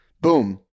Boom